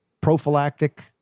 prophylactic